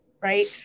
Right